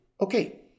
okay